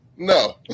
No